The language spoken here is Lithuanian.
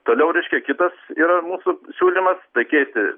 toliau reiškia kitas yra mūsų siūlymas tai keisti